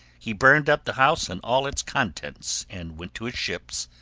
he burned up the house and all its contents and went to his ships,